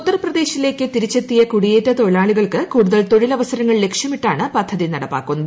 ഉത്തർ പ്രദേശിലേക്ക് തിരിച്ചെത്തിയ കൂടിയേറ്റ തൊഴിലാളികൾക്ക് കൂടുതൽ തൊഴിലവസരങ്ങൾ ലക്ഷ്യമിട്ടാണ് പദ്ധതി നടപ്പാക്കുന്നത്